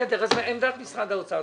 בסדר, אז עמדת משרד האוצר.